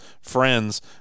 friends